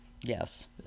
Yes